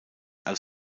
als